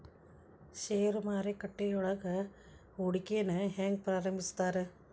ಷೇರು ಮಾರುಕಟ್ಟೆಯೊಳಗ ಹೂಡಿಕೆನ ಹೆಂಗ ಪ್ರಾರಂಭಿಸ್ತಾರ